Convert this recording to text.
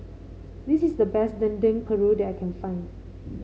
this is the best Dendeng Paru that I can find